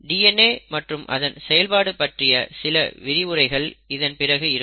DNA மற்றும் அதன் செயல்பாடு பற்றிய சில விரிவுரைகள் இதன்பிறகு இருக்கும்